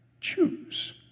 choose